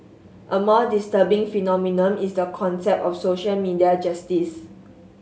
a more disturbing phenomenon is the concept of social media justice